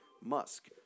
musk